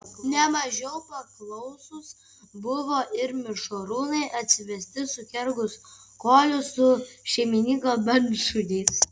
ne mažiau paklausūs buvo ir mišrūnai atsivesti sukergus kolius su šeimininko bandšuniais